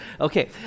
Okay